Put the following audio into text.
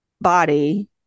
body